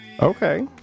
Okay